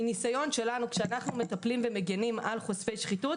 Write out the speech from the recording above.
מניסיון שלנו כשאנחנו מטפלים ומגנים על חושפי שחיתות,